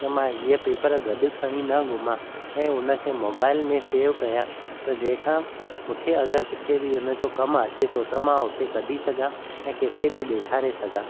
त मां इहो पेपर गॾु खणी न घुमां ऐं उनखे मोबाइल में सेव कयां त जंहिं खां मूंखे अगरि किथे बि उनजो कम अचे थो त मां उते कढी सघां ऐं कंहिंखे बि ॾेखारे सघां